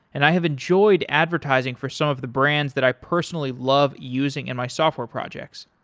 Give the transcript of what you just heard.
and i have enjoyed advertising for some of the brands that i personally love using in my software projects.